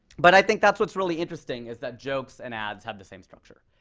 but i think that's what's really interesting, is that jokes and ads have the same structure.